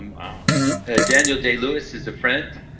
um wow ah daniel day-lewis is a friend.